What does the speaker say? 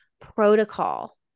protocol